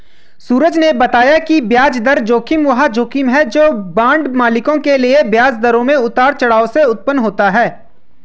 सूरज ने बताया कि ब्याज दर जोखिम वह जोखिम है जो बांड मालिकों के लिए ब्याज दरों में उतार चढ़ाव से उत्पन्न होता है